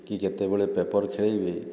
କି କେତେବେଳେ ପେପର୍ ଖେଳାଇବେ